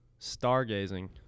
stargazing